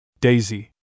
Daisy